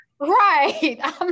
Right